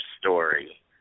story